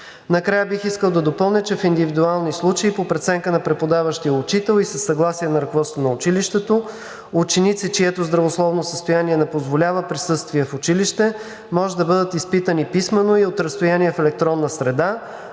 Накрая бих искал да допълня, че в индивидуални случаи по преценка на преподаващия учител и със съгласие на ръководството на училището ученици, чието здравословно състояние не позволява присъствие в училище, може да бъдат изпитани писмено и от разстояние в електронна среда,